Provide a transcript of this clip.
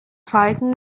falken